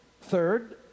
Third